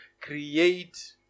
create